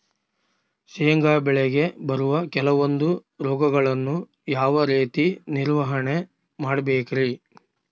ಶೇಂಗಾ ಬೆಳೆಗೆ ಬರುವ ಕೆಲವೊಂದು ರೋಗಗಳನ್ನು ಯಾವ ರೇತಿ ನಿರ್ವಹಣೆ ಮಾಡಬೇಕ್ರಿ?